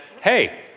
hey